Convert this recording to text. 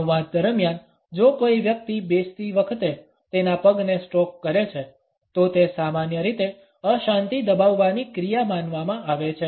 સંવાદ દરમિયાન જો કોઈ વ્યક્તિ બેસતી વખતે તેના પગને સ્ટ્રોક કરે છે તો તે સામાન્ય રીતે અશાંતિ દબાવવાની ક્રિયા માનવામાં આવે છે